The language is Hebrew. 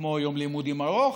כמו יום לימודים ארוך.